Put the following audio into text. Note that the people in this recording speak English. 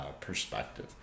perspective